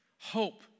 hope